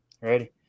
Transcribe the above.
Ready